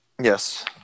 Yes